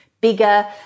bigger